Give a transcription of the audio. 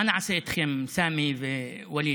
מה נעשה איתכם, סמי וּווליד?